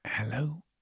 Hello